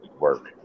work